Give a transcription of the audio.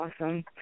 awesome